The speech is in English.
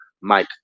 Mike